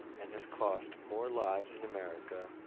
and has cost more lives in america,